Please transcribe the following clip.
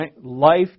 Life